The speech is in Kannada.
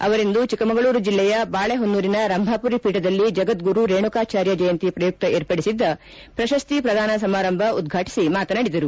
ಅವರಿಂದು ಚಿಕ್ಕಮಗಳೂರು ಜಿಲ್ಲೆಯ ಬಾಳೆಹೊನ್ನೂರಿನ ರಂಭಾವುರಿ ಪೀಠದಲ್ಲಿ ಜಗದ್ಗುರು ರೇಣುಕಾಚಾರ್ಯ ಜಯಂತಿ ಪ್ರಯುಕ್ತ ವಿರ್ಪಡಿಸಿದ್ದ ಪ್ರದಾನ ಸಮಾರಂಭ ಉದ್ಘಾಟಿಸಿ ಮಾತನಾಡಿದರು